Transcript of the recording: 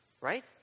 Right